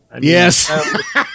Yes